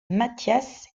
mathias